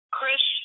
Chris